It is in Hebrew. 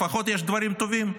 לפחות יש דברים טובים,